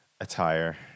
attire